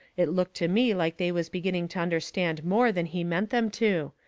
it looked to me like they was beginning to understand more than he meant them to.